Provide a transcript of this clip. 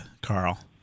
Carl